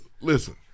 Listen